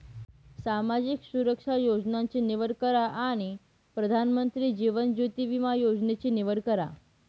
सामाजिक सुरक्षा योजनांची निवड करा आणि प्रधानमंत्री जीवन ज्योति विमा योजनेची निवड करा